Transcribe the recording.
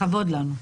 לכבוד לנו.